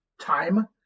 time